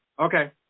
Okay